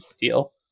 deal